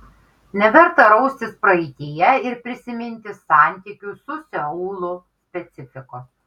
neverta raustis praeityje ir prisiminti santykių su seulu specifikos